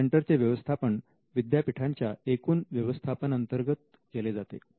या सेंटरचे व्यवस्थापन विद्यापीठाच्या एकूण व्यवस्थापन अंतर्गत केले जाते